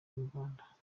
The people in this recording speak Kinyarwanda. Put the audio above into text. umuganda